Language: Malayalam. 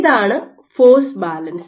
ഇതാണ് ഫോഴ്സ് ബാലൻസ്